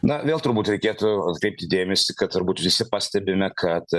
na vėl turbūt reikėtų atkreipti dėmesį kad turbūt visi pastebime kad